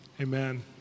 Amen